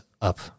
up